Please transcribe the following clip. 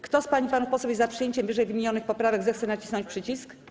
Kto z pań i panów posłów jest za przyjęciem wymienionych poprawek, zechce nacisnąć przycisk.